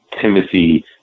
Timothy